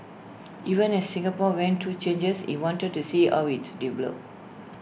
even as Singapore went through changes he wanted to see how its developed